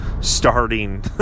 starting